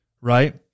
right